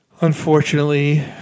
Unfortunately